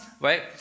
right